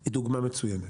היא דוגמה מצוינת.